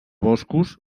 boscos